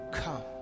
come